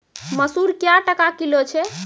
मसूर क्या टका किलो छ?